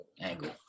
angle